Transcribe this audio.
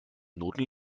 noten